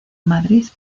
madrid